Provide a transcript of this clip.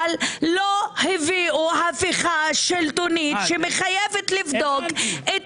אבל לא הביאו הפיכה שלטונית שמחייבת לבדוק את